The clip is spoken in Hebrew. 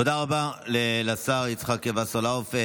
תודה רבה לשר יצחק וסרלאוף.